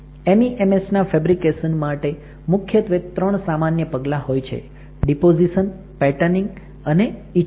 MEMS ના fabrication માટે મુખ્યત્વે ત્રણ સામાન્ય પગલાં હોય છે ડીપોઝીશન પેટર્નિંગ અને ઇચિંગ